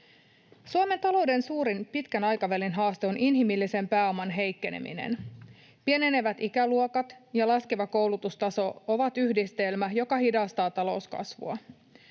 Suomen talouden suurin pitkän aikavälin haaste on inhimillisen pääoman heikkeneminen. Pienenevät ikäluokat ja laskeva koulutustaso ovat yhdistelmä, joka hidastaa talouskasvua.